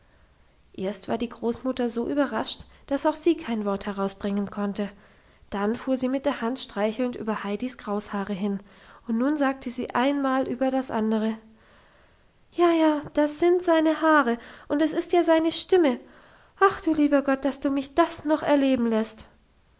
erst war die großmutter so überrascht dass auch sie kein wort hervorbringen konnte dann fuhr sie mit der hand streichelnd über heidis kraushaare hin und nun sagte sie ein mal über das andere ja ja das sind seine haare und es ist ja seine stimme ach du lieber gott dass du mich das noch erleben lässt